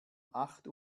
acht